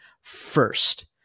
first